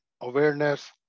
Awareness